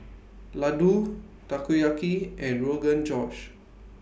Ladoo Takoyaki and Rogan Josh